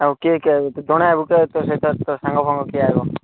ଆଉ କିଏ କିଏ ଆଇବେ ତୁ ଜଣେ ଆଇବୁ କି ଆଉ ସହିତ ତ ସାଙ୍ଗଫାଙ୍ଗ କିଏ ଆଇବ